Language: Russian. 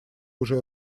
уже